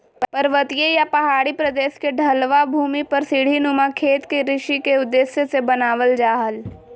पर्वतीय या पहाड़ी प्रदेश के ढलवां भूमि पर सीढ़ी नुमा खेत कृषि के उद्देश्य से बनावल जा हल